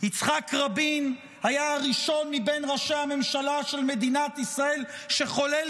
יצחק רבין היה הראשון מבין ראשי הממשלה של מדינת ישראל שחולל